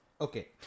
okay